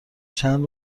چند